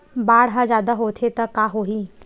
बाढ़ ह जादा होथे त का होही?